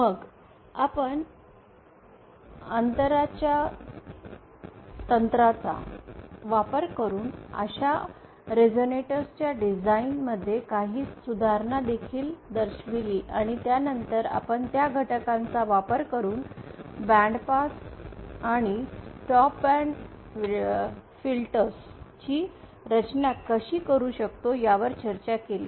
मग आपण अंतराच्या तंत्राचा वापर करून अशा रेझोनेटर्स च्या डिझाइन मध्ये काही सुधारणा देखील दर्शवली आणि त्यानंतर आपण त्या घटकांचा वापर करून बँड पास आणि स्टॉप फिल्टर्स ची रचना कशी करू शकता यावर चर्चा केली